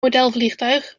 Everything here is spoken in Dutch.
modelvliegtuig